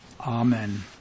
Amen